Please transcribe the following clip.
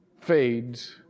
fades